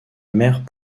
mère